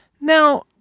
Now